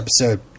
episode